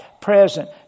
present